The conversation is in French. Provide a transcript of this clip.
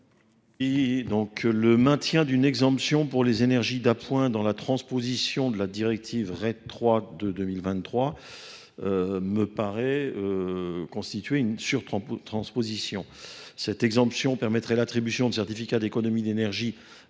Le maintien d’une exemption pour les énergies d’appoint dans la transposition de la directive RED III de 2023 me paraît constituer une surtransposition. En effet, cette exemption permettrait l’attribution de certificats d’économie d’énergie à des dispositifs